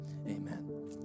amen